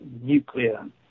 nuclear